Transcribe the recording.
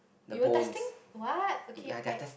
you were testing what okay I